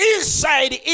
Inside